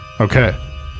okay